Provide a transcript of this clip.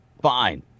fine